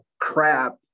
crap